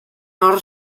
hor